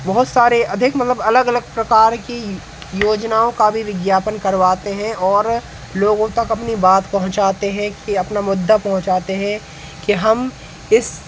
बहुत सारे अधिक मतलब अलग अलग प्रकार की योजनाओं का भी विज्ञापन करवाते हैं और लोगों तक अपनी बात पहुँचाते हैं कि अपना मुद्दा पहुँचाते हैं कि हम इस